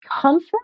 comfort